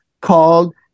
called